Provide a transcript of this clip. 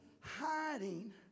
hiding